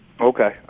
Okay